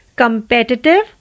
Competitive